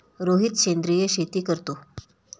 रोहित सेंद्रिय शेती करतो